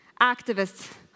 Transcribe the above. activists